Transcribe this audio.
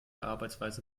arbeitsweise